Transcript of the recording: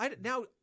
now